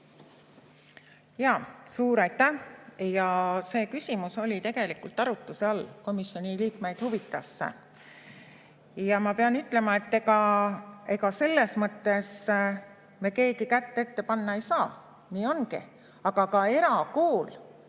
Jaa, suur aitäh! See küsimus oli tegelikult arutluse all, komisjoni liikmeid huvitas see. Ja ma pean ütlema, et ega selles mõttes me keegi kätt ette panna ei saa, nii ongi. Aga ka erakool